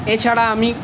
এছাড়া আমি